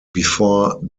before